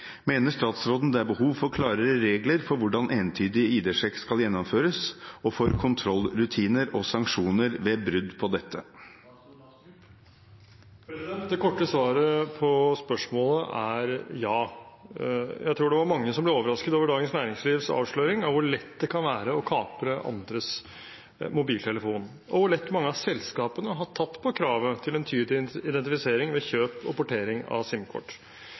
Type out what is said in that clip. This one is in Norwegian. Mener statsråden det er behov for klarere regler for hvordan entydig ID-sjekk skal gjennomføres, og for kontrollrutiner og sanksjoner ved brudd på dette?» Det korte svaret på spørsmålet er ja. Jeg tror det var mange som ble overrasket over Dagens Næringslivs avsløring av hvor lett det kan være å kapre andres mobiltelefon, og hvor lett mange av selskapene har tatt på kravet til entydig identifisering ved kjøp og portering av